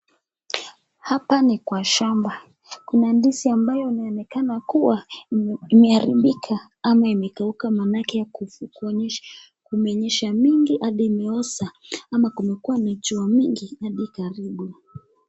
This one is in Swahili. Hapa ni shambani. Kuna ndizi ambayo inaonekana kuwa imeharibika ama imegeuka manake kumenyesha mvua nyingi hadi imeoza, ama kumekuwa na jua kali mpaka ikaiharibu.